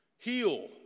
Heal